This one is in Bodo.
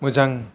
मोजां